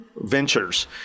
ventures